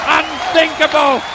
unthinkable